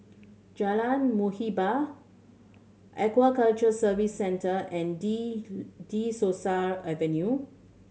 Jalan Muhibbah Aquaculture Service Centre and De De Souza Avenue